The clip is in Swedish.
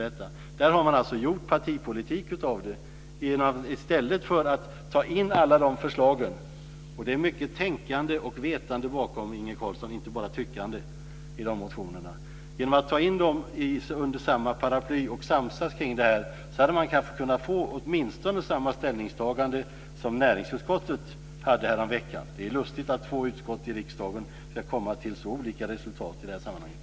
Man har alltså gjort partipolitik av det här i stället för att ta in alla de här förslagen. Det är mycket tänkande och vetande, inte bara tyckande, Inge Carlsson, bakom de motionerna. Genom att ta in dem under samma paraply och samsas kring det här hade man kanske kunnat få åtminstone samma ställningstagande som näringsutskottet hade häromveckan. Det är lustigt att två utskott i riksdagen kan komma till så olika resultat i det här sammanhanget.